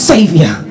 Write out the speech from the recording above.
Savior